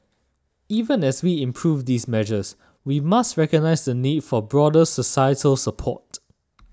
even as we improve these measures we must recognise the need for broader societal support